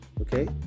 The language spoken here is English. Okay